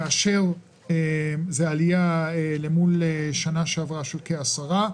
כאשר זו עלייה אל מול שנה שעברה בכ-10.